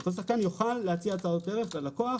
אותו שחקן יוכל להציע הצעות ערך ללקוח